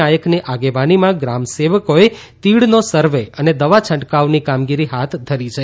નાયકની આગેવાનીમાં ગ્રામસેવકોએ તીડનો સર્વે અને દવા છંટકાવની કામગીરી હાથ ધરી છે